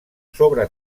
sobre